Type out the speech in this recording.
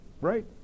right